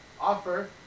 offer